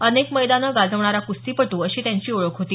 अनेक मैदानं गाजवणारा कुस्तीपटू अशी त्यांची ओळख होती